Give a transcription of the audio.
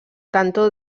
cantó